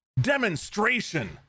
demonstration